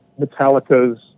Metallica's